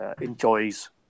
enjoys